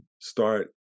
Start